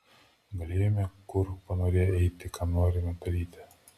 galėjome kur panorėję eiti ką norime daryti